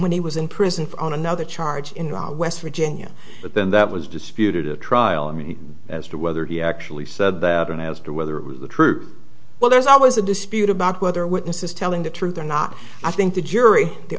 when he was in prison on another charge in the west virginia but then that was disputed at trial i mean as to whether he actually said that and as to whether it was the truth well there's always a dispute about whether witnesses telling the truth or not i think the jury the